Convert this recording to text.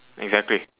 exactly